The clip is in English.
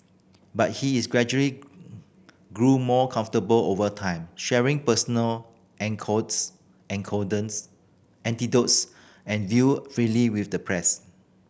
but he is gradually grew more comfortable over time sharing personal anecdotes and viewfreely with the press